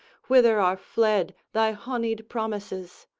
whither are fled thy honied promises?